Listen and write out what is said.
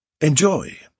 Enjoy